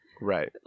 Right